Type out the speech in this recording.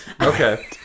Okay